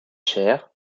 cher